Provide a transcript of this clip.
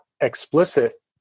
explicit